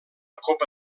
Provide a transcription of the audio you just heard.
copa